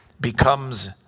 becomes